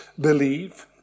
believe